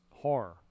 horror